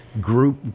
group